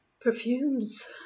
perfumes